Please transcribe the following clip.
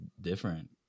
different